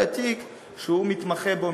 אלא תיק שהוא מתמחה בו,